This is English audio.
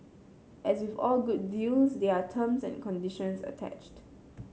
as with all good deals there are terms and conditions attached